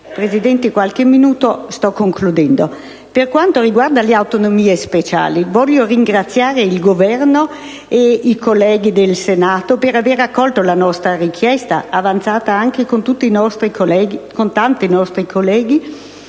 delle disposizioni attuali. Per quanto riguarda le autonomie speciali, voglio ringraziare il Governo e i colleghi del Senato per avere accolto la nostra richiesta, avanzata insieme a tanti nostri colleghi,